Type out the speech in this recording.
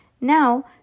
Now